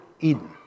Eden